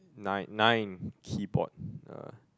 nine nine keyboard uh